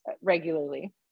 regularly